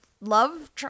love